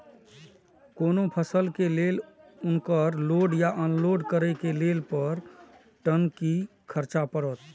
कोनो फसल के लेल उनकर लोड या अनलोड करे के लेल पर टन कि खर्च परत?